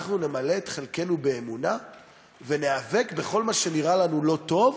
אנחנו נמלא את חלקנו באמונה וניאבק בכל מה שנראה לנו לא טוב.